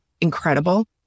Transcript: incredible